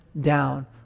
down